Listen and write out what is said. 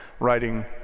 writing